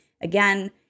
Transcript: Again